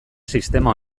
sistema